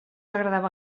agradava